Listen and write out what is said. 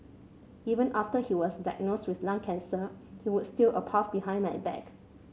even after he was diagnosed with lung cancer he would steal a puff behind my back